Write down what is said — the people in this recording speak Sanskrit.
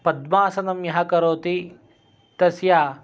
पद्मासनं यः करोति तस्य